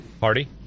Party